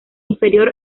inferior